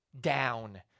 down